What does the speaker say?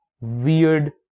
weird